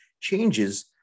changes